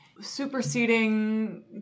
superseding